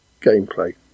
gameplay